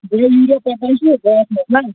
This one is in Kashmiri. ڈایا یوٗریا پوٹاش کُس چھُ دوا وۅتھان